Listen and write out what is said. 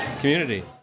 community